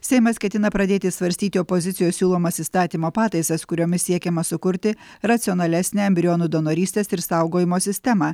seimas ketina pradėti svarstyti opozicijos siūlomas įstatymo pataisas kuriomis siekiama sukurti racionalesnę embrionų donorystės ir saugojimo sistemą